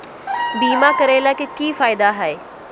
बीमा करैला के की फायदा है?